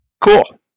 Cool